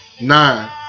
Nine